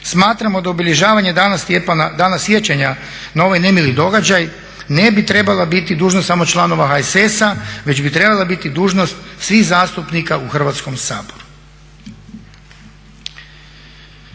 Smatramo da obilježavanje Dana sjećanja na ovaj nemili događaj ne bi trebala biti dužnost samo članova HSS-a već bi trebala biti dužnost svih zastupnika u Hrvatskom saboru.